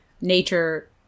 Nature